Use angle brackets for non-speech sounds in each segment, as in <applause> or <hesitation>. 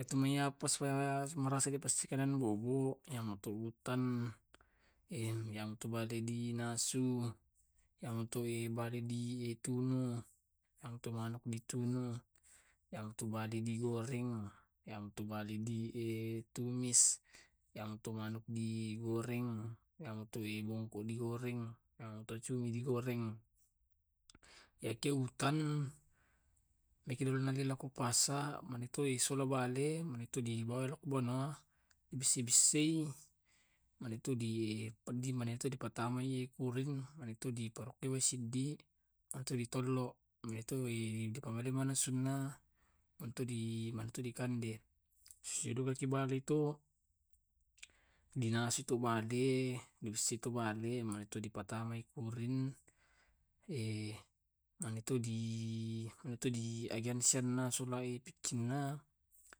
Etu mae apase <unintelligible> merasa <unintelligible> kanengbubu iya metu buten iya metu bale dinasu, iya metu bale ditunu, yang to manuk ditunggu iya metu manu ditunu, iya metu bale digoreng, iya metu bale e ditumis. <hesitation> ya metu manu digoreng, iya metu bungku digoreng, iya metu cumi digoreng. <hesitation> Iya ke utan nariako dulu lao kupasa, <unintelligible> mani toi iso na bale, mani toi ibo na bono, <unintelligible> di bissa-bissai. Manintu ripatamai rikuring, manintui ripatamai wai siddi, manintui di tollo, manintoi di parai nasunna, manito manintoi dikande. <hesitation> sisidukengi bale to, <hesitation> dinasu to bale dinasu to bae, <hesitation> manitoi dipatamai rikuring, <hesitation> <hesitation> manitoi di manitoi di agension <hesitation> alangsanna sulai piccinna, <unintelligible>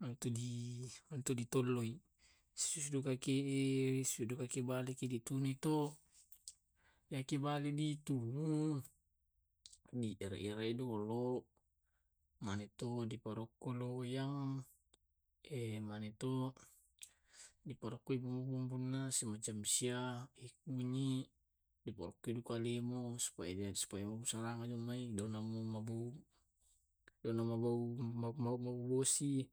manintoi manitoi di ritolloi. Kalau risukaki bale ditunui to, <hesitation> ekki bale ditunu, <hesitation> digere-gerei dulu, manintu riparokkoi loyang, manintui <hesitation> diparokkoi bumbunna, semacamn sia, e kunyi, reperrokang lemo supaya supaya demaing de mabou demaing de mabou <hesitation> bosi.